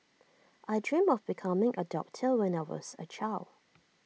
I dreamt of becoming A doctor when I was A child